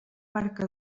barca